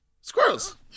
Squirrels